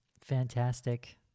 Fantastic